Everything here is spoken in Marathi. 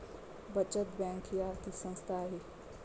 बचत बँक ही आर्थिक संस्था आहे